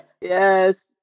Yes